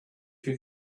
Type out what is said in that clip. you